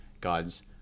God's